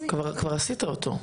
כבר עשית אותו.